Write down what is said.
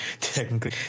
technically